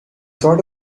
sort